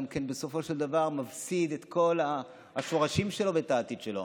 בסופו של דבר מפסיד את כל השורשים שלו ואת העתיד שלו.